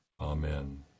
Amen